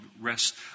rest